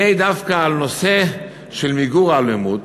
הנה דווקא בנושא של מיגור האלימות,